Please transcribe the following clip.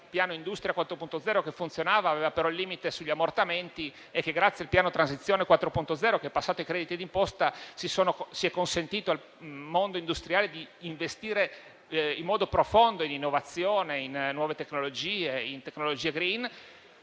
il piano Industria 4.0 che funzionava aveva però il limite sugli ammortamenti e che, grazie al piano Transizione 4.0, che è passato ai crediti di imposta, si è consentito al mondo industriale di investire in modo profondo in innovazione, nuove tecnologie e tecnologie *green*.